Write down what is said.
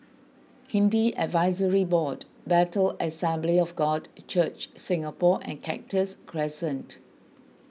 Hindu Advisory Board Bethel Assembly of God Church Singapore and Cactus Crescent